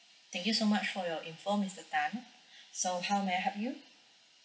thank you so much for your info mister tan so how may I help you